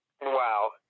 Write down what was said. Wow